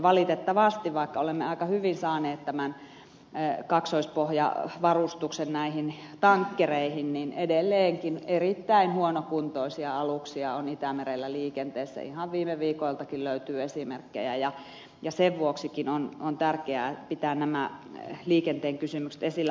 valitettavasti vaikka olemme aika hyvin saaneet tämän kaksoispohjavarustuksen näihin tankkereihin edelleenkin erittäin huonokuntoisia aluksia on itämerellä liikenteessä ihan viime viikoiltakin löytyy esimerkkejä ja sen vuoksikin on tärkeää pitää nämä liikenteen kysymykset esillä